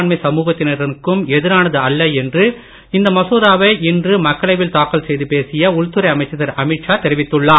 குடியுரிமை எந்த சமூகத்தினருக்கும் எதிரானது அல்ல என்று இந்த மசோதாவை இன்று மக்களவையில் தாக்கல் செய்து பேசிய உள்துறை அமைச்சர் திரு அமீத் ஷா தெரிவித்துள்ளார்